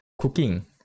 Cooking